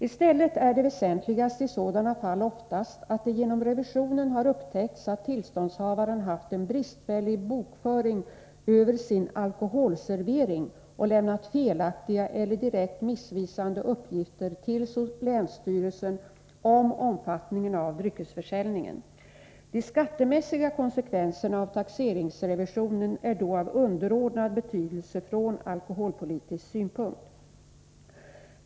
I stället är det väsentligaste i sådana fall oftast att det genom revisionen har upptäckts att tillståndshavaren haft en bristfällig bokföring över sin alkoholservering och lämnat felaktiga eller direkt missvisande uppgifter till länsstyrelsen om omfattningen av dryckesförsäljningen. De skattemässiga konsekvenserna av taxeringsrevisionen är då av underordnad betydelse från alkoholpolitisk synpunkt.